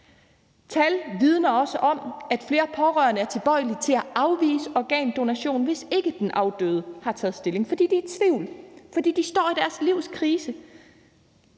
Tal vidner også om, at flere pårørende er tilbøjelige til at afvise organdonation, hvis ikke den afdøde har taget stilling, fordi de er i tvivl, og fordi de står i deres livs krise.